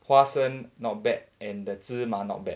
花生 not bad and the 芝麻 not bad